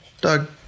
Doug